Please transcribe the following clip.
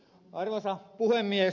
arvoisa puhemies